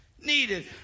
Needed